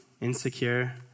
insecure